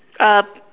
uh